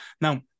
Now